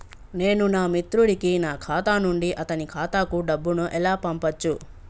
నేను నా మిత్రుడి కి నా ఖాతా నుండి అతని ఖాతా కు డబ్బు ను ఎలా పంపచ్చు?